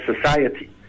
society